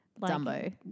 Dumbo